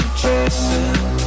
chasing